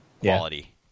quality